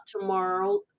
tomorrow